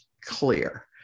clear